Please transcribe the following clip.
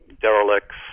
derelicts